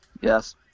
Yes